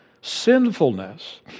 sinfulness